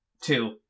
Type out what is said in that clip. Two